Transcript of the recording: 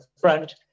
front